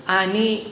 ani